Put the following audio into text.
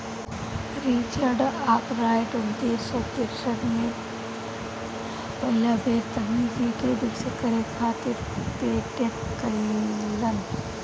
Richard Arkwright उन्नीस सौ तिरसठ में पहिला बेर तकनीक के विकसित करे खातिर पेटेंट करइलन